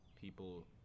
people